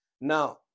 Now